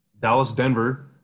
Dallas-Denver